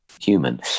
human